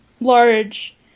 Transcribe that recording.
large